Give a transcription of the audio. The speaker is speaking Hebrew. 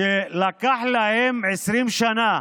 אדוני היושב-ראש, שלקח להן 20 שנה